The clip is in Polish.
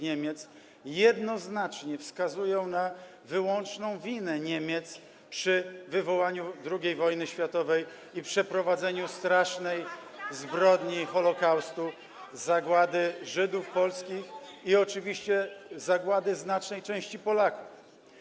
Niemiec jednoznacznie wskazują na wyłączną winę Niemiec za wywołanie II wojny światowej i przeprowadzenie strasznej zbrodni Holocaustu, zagłady Żydów polskich, i oczywiście zagłady znacznej części Polaków.